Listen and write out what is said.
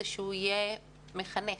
זה שהוא יהיה מחנך.